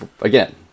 again